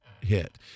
hit